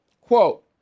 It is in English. quote